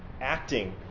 acting